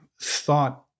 thought